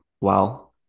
wow